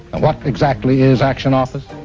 and what exactly is action office?